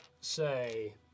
say